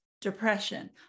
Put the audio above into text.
depression